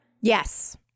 Yes